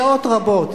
שעות רבות.